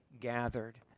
gathered